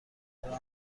چرا